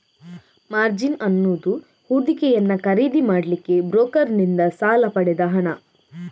margin ಅನ್ನುದು ಹೂಡಿಕೆಯನ್ನ ಖರೀದಿ ಮಾಡ್ಲಿಕ್ಕೆ ಬ್ರೋಕರನ್ನಿಂದ ಸಾಲ ಪಡೆದ ಹಣ